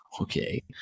okay